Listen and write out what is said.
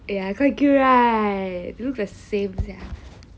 eh ya quite cute right look the same sia